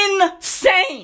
Insane